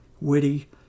witty